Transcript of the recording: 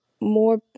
more